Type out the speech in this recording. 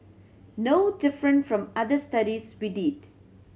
no different from other studies we did